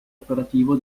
operativo